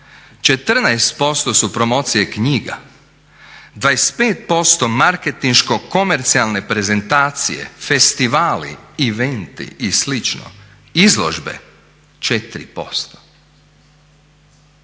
14% su promocije knjiga. 25% marketinško komercijalne prezentacije, festivali, eventi i slično. Izložbe 4%."